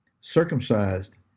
circumcised